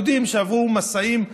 יהודים שעברו משאים,